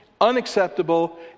unacceptable